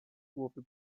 głowy